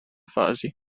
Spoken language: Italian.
fasi